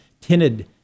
tinted